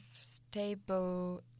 stable